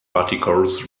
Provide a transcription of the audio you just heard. particles